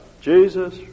Jesus